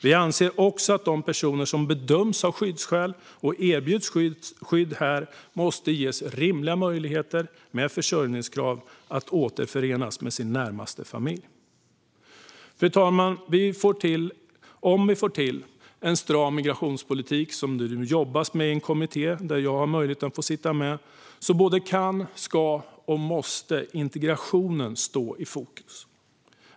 Vi anser också att de personer som bedöms ha skyddsskäl och erbjuds skydd här måste ges rimliga möjligheter, med försörjningskrav, att återförenas med sin närmaste familj. Fru talman! Om vi får till en stram migrationspolitik, vilket det nu jobbas med i en kommitté där jag har möjlighet att sitta med, både kan, ska och måste integrationen stå i fokus.